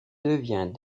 devient